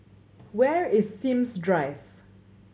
where is Sims Drive